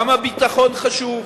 גם הביטחון חשוב,